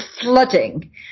flooding